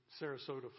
Sarasota